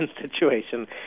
situation